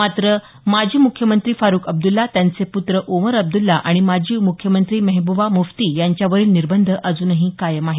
मात्र माजी मुख्यमंत्री फारूख अब्दुल्ला त्यांचे पुत्र ओमर अब्दुल्ला आणि माजी मुख्यमंत्री मेहबूबा मुफ्ती यांच्यावरील निर्बंध अजूनही कायम आहेत